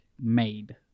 made